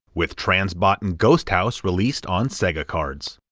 with transbot and ghost house released on sega cards.